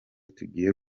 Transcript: tugiye